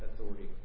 authority